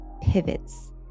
pivots